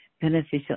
beneficial